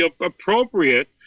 appropriate